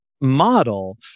model